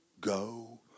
go